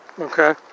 Okay